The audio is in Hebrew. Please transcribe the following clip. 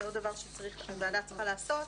זה עוד דבר שהוועדה צריכה לעשות,